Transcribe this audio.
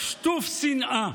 שטוף שנאה.